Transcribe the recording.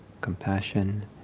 compassion